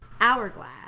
hourglass